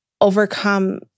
overcome